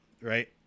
Right